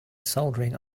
soldering